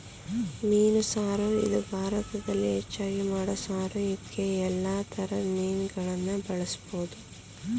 ಮೀನು ಸಾರು ಇದು ಭಾರತದಲ್ಲಿ ಹೆಚ್ಚಾಗಿ ಮಾಡೋ ಸಾರು ಇದ್ಕೇ ಯಲ್ಲಾ ತರದ್ ಮೀನುಗಳನ್ನ ಬಳುಸ್ಬೋದು